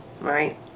right